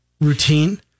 routine